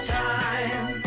time